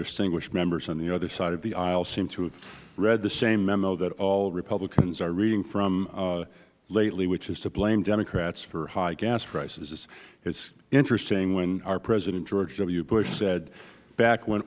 distinguished members on the other side of the aisle seem to have read the same memo that all republicans are reading from lately which is to blame democrats for high gas prices it is interesting when our president george w bush said back when